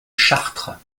chartres